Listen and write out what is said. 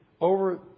over